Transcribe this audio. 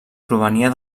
provenia